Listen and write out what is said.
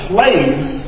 Slaves